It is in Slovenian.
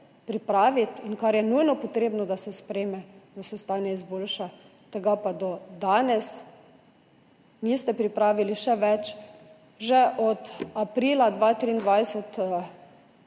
pripraviti in kar je nujno potrebno, da se sprejme, da se stanje izboljša, tega pa do danes niste pripravili. Še več. Že od aprila 2023